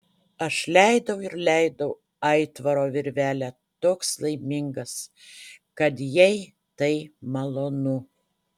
aš leidau ir leidau aitvaro virvelę toks laimingas kad jai tai malonu